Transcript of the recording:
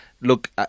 Look